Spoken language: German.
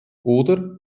oder